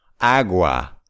Agua